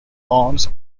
lawns